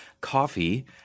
Coffee